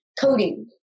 coding